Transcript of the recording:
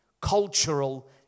Cultural